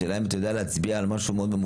השאלה אם אתה יודע להצביע על משהו ממוקד